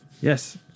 yes